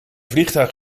vliegtuig